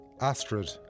Astrid